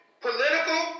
political